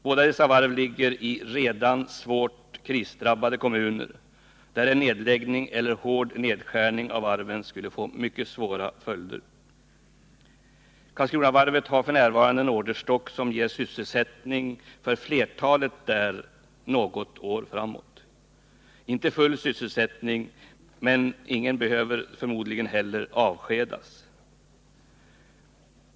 Båda dessa varv ligger i redan svårt krisdrabbade kommuner, där en nedläggning eller hård nedskärning av varven skulle få mycket svåra följder. Karlskronavarvet har f. n. en orderstock som ger sysselsättning för flertalet anställda något år framåt — inte full sysselsättning, men förmodligen behöver ingen avskedas.